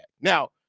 Now